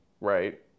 right